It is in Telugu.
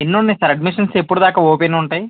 ఎన్నున్నాయి సార్ అడ్మిషన్స్ ఎప్పటి దాకా ఓపెన్ ఉంటాయి